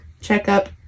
checkup